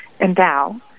Endow